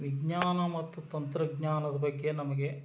ವಿಜ್ಞಾನ ಮತ್ತು ತಂತ್ರಜ್ಞಾನದ ಬಗ್ಗೆ ನಮಗೆ